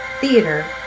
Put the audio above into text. theater